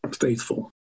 faithful